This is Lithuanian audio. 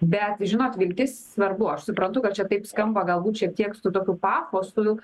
bet žinot viltis svarbu aš suprantu kad čia taip skamba galbūt šiek tiek su tokiu pafosu